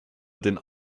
den